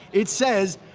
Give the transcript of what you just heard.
it says,